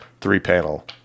three-panel